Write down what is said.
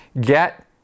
get